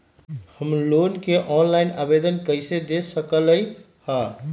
हम लोन के ऑनलाइन आवेदन कईसे दे सकलई ह?